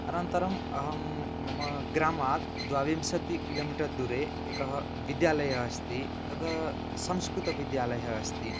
अनन्तरम् अहं मम ग्रामात् द्वाविंशति किलोमीटर् दूरे एकः विद्यालयः अस्ति तद् संस्कृतविद्यालयः अस्ति